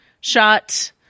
shot